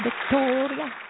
Victoria